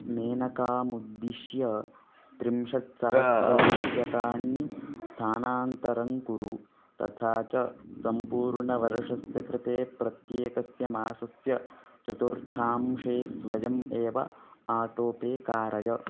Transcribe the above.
मेनकामुद्दिश्य त्रिंशत्सहस्ररूप्यकाणि स्थानान्तरं कुरु तथा च सम्पूर्णवर्षस्य कृते प्रत्येकस्य मासस्य चतुर्थांशे स्वयम् एव आटो पे कारय